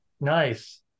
Nice